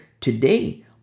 today